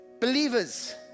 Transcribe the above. Believers